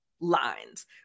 lines